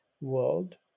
world